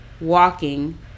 walking